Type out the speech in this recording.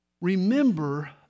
Remember